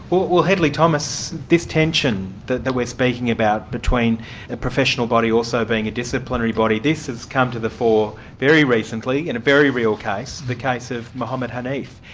but well, hedley thomas, this tension that we're speaking about between a professional body also being a disciplinary body this has come to the fore very recently in a very real case, the case of mohamed haneef.